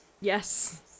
Yes